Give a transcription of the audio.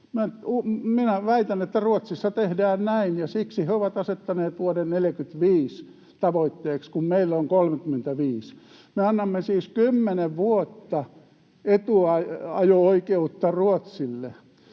väitän, että Ruotsissa tehdään näin, ja siksi he ovat asettaneet vuoden 45 tavoitteeksi, kun meillä on 35. Me annamme siis 10 vuotta etuajo-oikeutta Ruotsille.